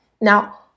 Now